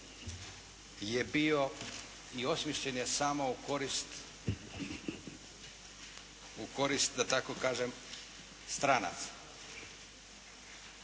je bio i osmišljen je samo u korist u korist da tako kažem stranaca.